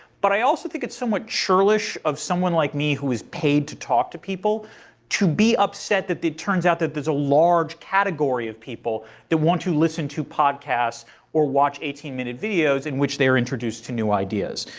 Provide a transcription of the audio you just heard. but i also think it's somewhat churlish of someone like me who is paid to talk to people to be upset that it turns out that there's a large category of people that want to listen to podcasts or watch eighteen minute videos in which they are introduced to new ideas.